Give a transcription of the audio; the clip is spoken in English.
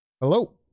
Hello